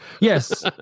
Yes